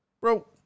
Bro